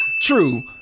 True